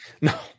No